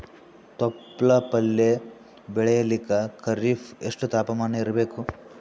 ತೊಪ್ಲ ಪಲ್ಯ ಬೆಳೆಯಲಿಕ ಖರೀಫ್ ಎಷ್ಟ ತಾಪಮಾನ ಇರಬೇಕು?